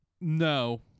No